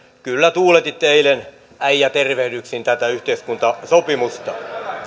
kyllä tuuletitte eilen äijätervehdyksin tätä yhteiskuntasopimusta